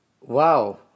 Wow